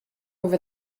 over